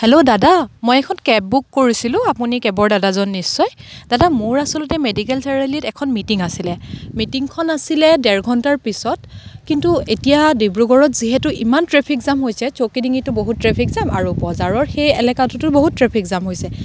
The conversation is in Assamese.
হেল্ল' দাদা মই এখন কেব বুক কৰিছিলোঁ আপুনি কেবৰ দাদাজন নিশ্চয় দাদা মোৰ আচলতে মেডিকেল চাৰি আলিত এখন মিটিং আছিলে মিটিংখন আছিলে ডেৰ ঘণ্টাৰ পিছত কিন্তু এতিয়া ডিব্ৰুগড়ত যিহেতু ইমান ট্ৰেফিক জাম হৈছে চৌকিডিঙিটো বহুত ট্ৰেফিক জাম আৰু বজাৰৰ সেই এলেকাটোতো বহুত ট্ৰেফিক জাম হৈছে